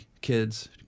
kids